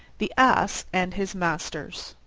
the ass and his masters